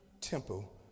temple